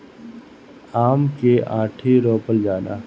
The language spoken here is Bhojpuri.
आम के आंठी रोपल जाला